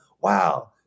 wow